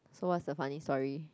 so what's the funny story